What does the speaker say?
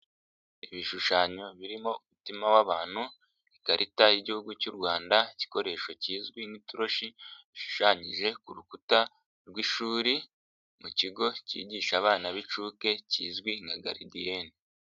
Ibishushanyo birimo umutima w'abantu, ikarita y'Igihugu cy'u Rwanda, igikoresho kizwi nk'itoroshi, bishushanyije ku rukuta rw'ishuri mu kigo kigisha abana b'inshuke kizwi nka garidiyene.